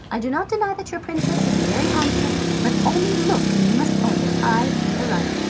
i do not deny that your princess is very handsome, but only look and you must own that i am in the right.